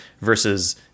versus